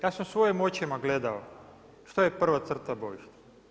Ja sam svojim očima gledao što je prva crta bojišta.